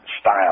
style